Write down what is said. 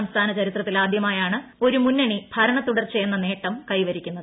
സംസ്ഥാന ചരിത്രത്തിലാദ്യമായാണ് ഒരു മുന്നണി ഭരണത്തൂടർച്ചയെന്ന നേട്ടം കൈവരിക്കുന്നത്